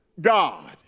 god